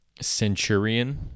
centurion